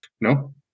No